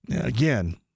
Again